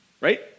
Right